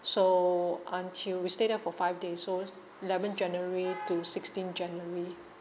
so until we stay there for five days so is eleven january to sixteen january